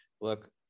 look